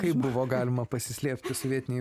kaip buvo galima pasislėpti sovietinėj